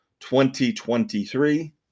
2023